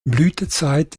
blütezeit